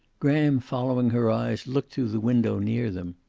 graham following her eyes looked through the window near them.